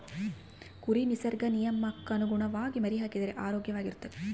ಕುರಿ ನಿಸರ್ಗ ನಿಯಮಕ್ಕನುಗುಣವಾಗಿ ಮರಿಹಾಕಿದರೆ ಆರೋಗ್ಯವಾಗಿರ್ತವೆ